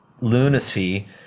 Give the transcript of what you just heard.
lunacy